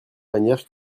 manière